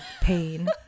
pain